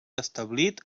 establit